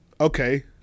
Okay